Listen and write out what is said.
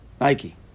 Nike